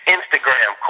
Instagram